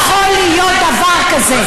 איך יכול להיות דבר כזה?